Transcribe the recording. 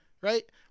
right